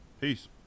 Peace